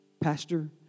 Pastor